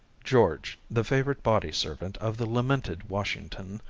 george, the favorite body-servant of the lamented washington,